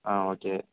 ஆ okay